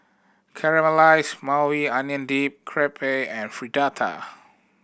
Caramelized Maui Onion Dip Crepe and Fritada